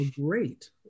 great